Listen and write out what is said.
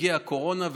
הגיעה הקורונה,